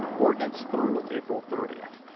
ah ordinance through april thirtieth.